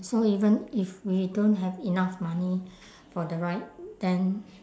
so even if we don't have enough money for the ride then